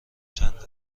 چند